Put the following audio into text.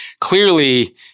clearly